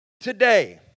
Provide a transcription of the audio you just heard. today